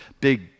Big